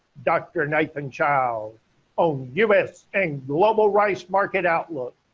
dr. nathan childs on u s. and global rice market outlook.